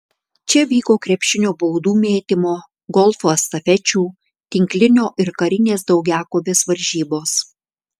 čia vyko krepšinio baudų mėtymo golfo estafečių tinklinio ir karinės daugiakovės varžybos